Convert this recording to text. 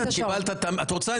את רוצה?